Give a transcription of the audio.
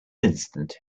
instant